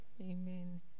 Amen